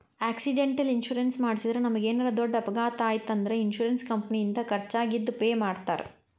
accidental insurance ಮಾಡಿಸಿದ್ರ ನಮಗೇನರ ದೊಡ್ಡ ಅಪಘಾತ ಆಯ್ತ್ ಅಂದ್ರ ಇನ್ಶೂರೆನ್ಸ್ ಕಂಪನಿಯಿಂದ ಖರ್ಚಾಗಿದ್ ಪೆ ಮಾಡ್ತಾರಾ